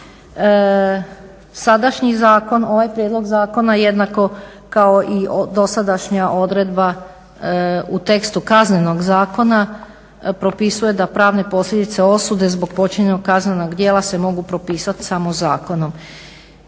Sadašnji zakon ovaj prijedlog zakona jednako kao i dosadašnja odredba u tekstu Kaznenog zakona propisuje da pravne posljedice osude zbog počinjenog kaznenog djela se mogu propisati samo zakonom.